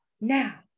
now